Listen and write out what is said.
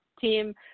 team